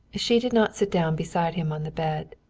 she did not sit down beside him on the bed.